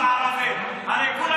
עם הערבים.